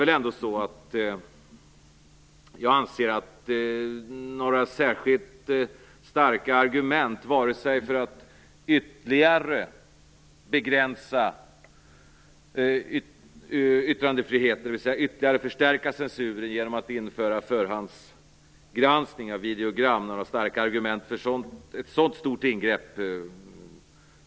Jag kan inte finna några särskilt starka argument för ett sådant stort ingrepp som att ytterligare begränsa yttrandefriheten, dvs. ytterligare förstärka censuren genom att införa förhandsgranskning av videogram.